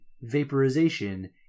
vaporization